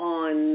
on